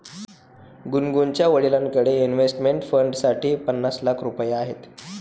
गुनगुनच्या वडिलांकडे इन्व्हेस्टमेंट फंडसाठी पन्नास लाख रुपये आहेत